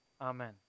amen